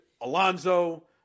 Alonzo